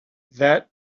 that